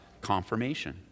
confirmation